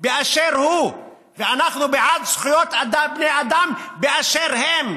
באשר הוא, ואנחנו בעד זכויות בני אדם באשר הם.